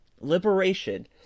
liberation